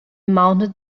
mounted